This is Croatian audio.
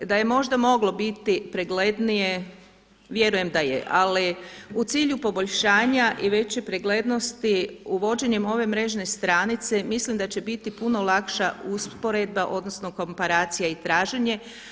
Da je možda moglo biti preglednije, vjerujem da je, ali u cilju poboljšanja i veće preglednosti uvođenjem ove mrežne stranice mislim da će biti puno lakša usporedba odnosno komparacija i traženje.